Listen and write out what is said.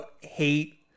hate